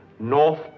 north